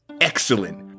Excellent